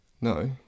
No